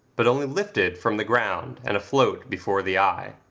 but only lifted from the ground and afloat before the eye.